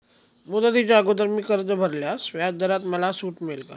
मुदतीच्या अगोदर मी कर्ज भरल्यास व्याजदरात मला सूट मिळेल का?